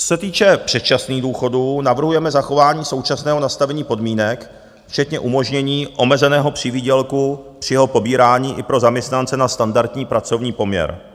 Co se týče předčasných důchodů, navrhujeme zachování současného nastavení podmínek včetně umožnění omezeného přivýdělku při jeho pobírání i pro zaměstnance na standardní pracovní poměr.